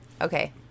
Okay